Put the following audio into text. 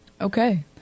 Okay